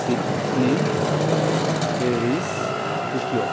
Sydney Paris Tokyo